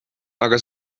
aga